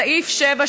סעיף 7,